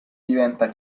diventa